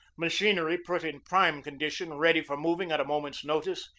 machinery put in prime condition ready for moving at a moment's notice,